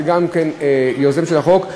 שהוא גם יוזם של החוק,